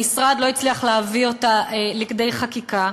המשרד לא הצליח להביא אותה לידי חקיקה.